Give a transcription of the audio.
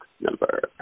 number